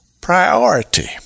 priority